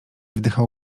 wdychał